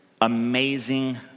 amazing